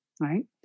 right